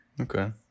Okay